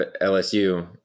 LSU